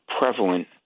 prevalent